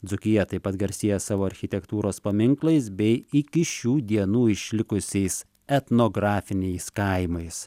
dzūkija taip pat garsėja savo architektūros paminklais bei iki šių dienų išlikusiais etnografiniais kaimais